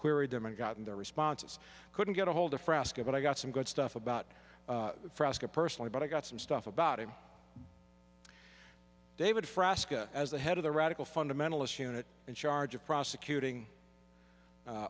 them and gotten their responses couldn't get a hold of fresca but i got some good stuff about it personally but i got some stuff about him david frasca as the head of the radical fundamentalist unit in charge of prosecuting